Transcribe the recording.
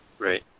Right